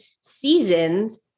seasons